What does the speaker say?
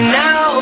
now